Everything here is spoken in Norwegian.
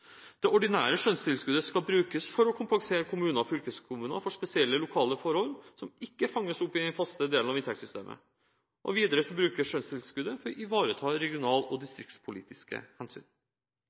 Det ordinære skjønnstilskuddet skal brukes til å kompensere kommuner og fylkeskommuner for spesielle lokale forhold som ikke fanges opp i den faste delen av inntektssystemet. Videre brukes skjønnstilskuddet til å ivareta regional- og distriktspolitiske hensyn.